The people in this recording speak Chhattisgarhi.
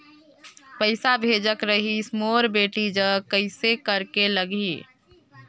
पइसा भेजेक रहिस मोर बेटी जग कइसे करेके लगही?